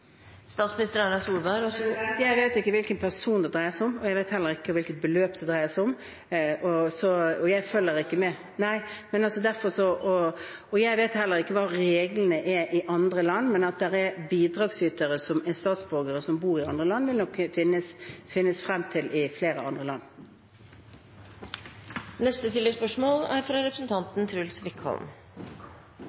Jeg vet ikke hvilken person det dreier seg om, og jeg vet heller ikke hvilket beløp det dreier seg om. Jeg følger ikke med … Det var ikke det jeg spurte om. Nei, men jeg vet heller ikke hva reglene er i andre land. Men bidragsytere som er statsborgere og bor i andre land, vil en nok kunne finne frem til i flere andre land. Truls Wickholm – til oppfølgingsspørsmål. Det er interessant at statsministeren ikke har noe aktivt forhold til hvem hun mottar penger fra